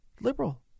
liberal